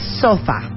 sofa